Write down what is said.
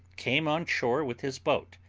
came on shore with his boat,